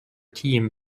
team